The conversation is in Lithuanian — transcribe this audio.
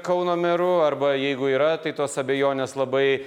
kauno meru arba jeigu yra tai tos abejonės labai